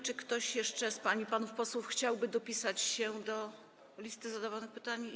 Czy ktoś jeszcze z pań i panów posłów chciałby wpisać się na listę zadających pytania?